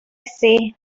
see